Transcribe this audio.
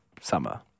summer